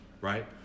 right